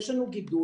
יש לנו גידול,